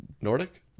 Nordic